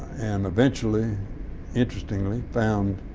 and eventually interestingly found